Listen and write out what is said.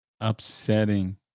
upsetting